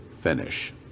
finish